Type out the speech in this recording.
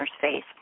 face